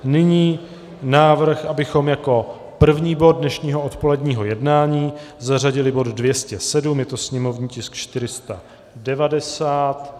Nyní návrh, abychom jako první bod dnešního odpoledního jednání zařadili bod 207, je to sněmovní tisk 490.